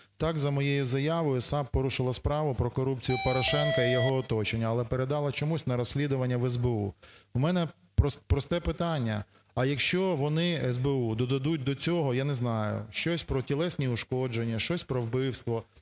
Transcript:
Так, за моєю заявою САП порушила справу про корупцію Порошенка і його оточення, але передала чомусь на розслідування в СБУ. У мене просте питання, а якщо вони, СБУ, додадуть до цього, я не знаю, щось про тілесні ушкодження, щось про вбивство